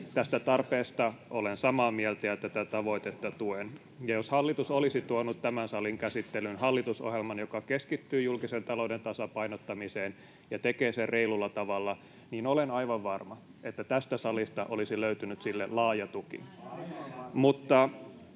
Tästä tarpeesta olen samaa mieltä ja tätä tavoitetta tuen. Ja jos hallitus olisi tuonut tämän salin käsittelyyn hallitusohjelman, joka keskittyy julkisen talouden tasapainottamiseen ja tekee sen reilulla tavalla, niin olen aivan varma, että tästä salista olisi löytynyt sille laaja tuki.